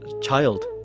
child